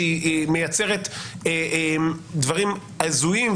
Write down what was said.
שהיא מייצרת דברים הזויים,